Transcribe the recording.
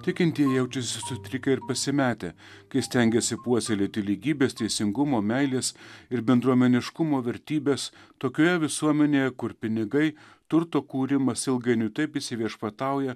tikintieji jaučiasi sutrikę ir pasimetę kai stengiasi puoselėti lygybės teisingumo meilės ir bendruomeniškumo vertybes tokioje visuomenėje kur pinigai turto kūrimas ilgainiui taip įsiviešpatauja